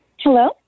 Hello